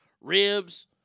Ribs